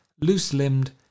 loose-limbed